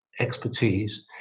expertise